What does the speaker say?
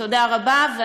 תודה רבה, גברתי.